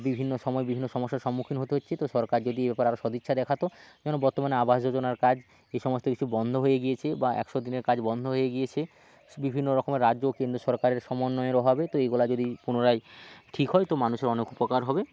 বিভিন্ন সময় বিভিন্ন সমস্যার সম্মুখীন হতে হচ্ছে তো সরকার যদি এরপর আরো সদিচ্ছা দেখাত যেমন বর্তমানে আবাস যোজনার কাজ এই সমস্ত কিছু বন্ধ হয়ে গিয়েছে বা একশো দিনের কাজ বন্ধ হয়ে গিয়েছে বিভিন্ন রকমের রাজ্য ও কেন্দ্র সরকারের সমন্বয়ের অভাবে তো এগুলো যদি পুনরায় ঠিক হয় তো মানুষের অনেক উপকার হবে